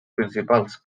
principals